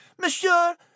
Monsieur